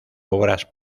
obras